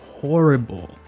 horrible